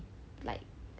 like